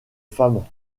femme